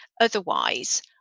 Otherwise